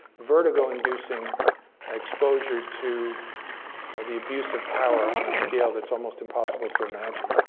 vertigo inducing exposure to the abuse of power on a scale that's almost impossible to imagine.